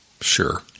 Sure